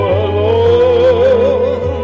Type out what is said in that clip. alone